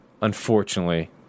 unfortunately